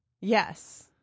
Yes